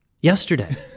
yesterday